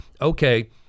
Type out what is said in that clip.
Okay